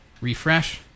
refresh